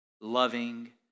Loving